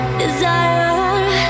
desire